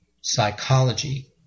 Psychology